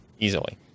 Easily